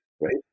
right